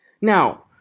now